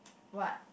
what